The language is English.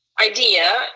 idea